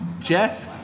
Jeff